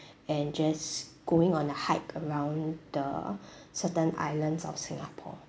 and just going on a hike around the certain islands of singapore